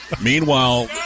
Meanwhile